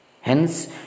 Hence